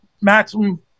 maximum